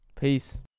Peace